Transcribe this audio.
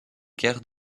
guerres